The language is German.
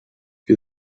wir